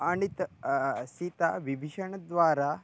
आनीता Sita विभीषणद्वारा